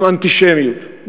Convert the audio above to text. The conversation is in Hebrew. אלא גם אנטישמיות.